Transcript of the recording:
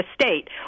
state